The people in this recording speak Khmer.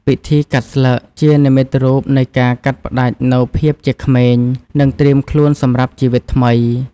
ពិធីកាត់ស្លឹក ជានិមិត្តរូបនៃការកាត់ផ្តាច់នូវភាពជាក្មេង និងត្រៀមខ្លួនសម្រាប់ជីវិតថ្មី។